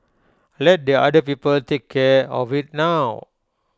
let the other people take care of IT now